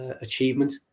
achievement